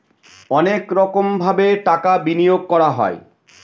অনেক রকমভাবে টাকা বিনিয়োগ করা হয়